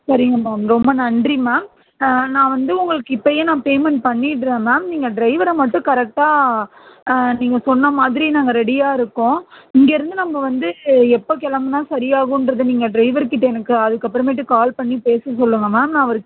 சரிங்க மேம் ரொம்ப நன்றி மேம் நான் வந்து உங்களுக்கு இப்போயே நான் பேமெண்ட் பண்ணிடுறேன் மேம் நீங்கள் ட்ரைவரை மட்டும் கரெக்டா நீங்கள் சொன்ன மாதிரி நாங்கள் ரெடியா இருக்கோம் இங்கேருந்து நம்ம வந்து எப்போ கிளம்புனா சரியாகுன்றது நீங்கள் ட்ரைவர் கிட்ட எனக்கு அதுக்கப்புறமேட்டு கால் பண்ணி பேசி சொல்லுங்கள் மேம் நான் அவர்